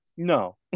No